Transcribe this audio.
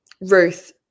Ruth